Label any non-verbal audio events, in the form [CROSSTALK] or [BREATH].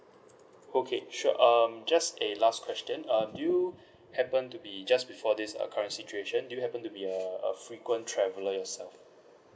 okay sure um just a last question uh do you [BREATH] happen to be just before this uh current situation do you happen to be a a frequent traveller yourself